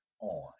on